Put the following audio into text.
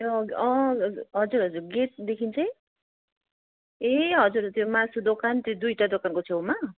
हजुर हजुर गेटदेखि चाहिँ ए हजुर त्यो मासु दोकान त्यो दुइटा दोकानको छेउमा